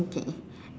okay